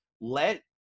let